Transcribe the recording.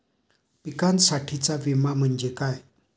पिकांसाठीचा विमा म्हणजे काय?